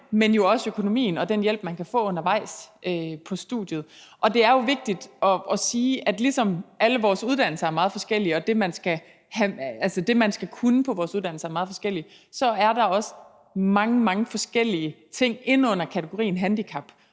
men jo også om økonomien og om den hjælp, man kan få undervejs på studiet. Og det er jo vigtigt at sige, at ligesom alle vores uddannelser er meget forskellige, og at det, man skal kunne på vores uddannelser, er meget forskelligt, så er der også mange, mange forskellige ting inde under kategorien handicap.